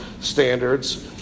standards